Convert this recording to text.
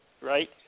Right